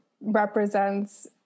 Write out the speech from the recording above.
represents